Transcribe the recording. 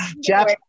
Jeff